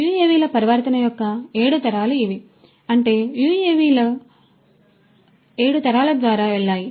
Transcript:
UAV ల పరివర్తన యొక్క 7 తరాలు ఇవి అంటే యుఎవిలు 7 తరాల ద్వారా వెళ్ళాయి